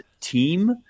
team